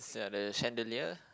Sia the chandelier